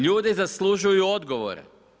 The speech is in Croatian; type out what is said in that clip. Ljudi zaslužuju odgovore.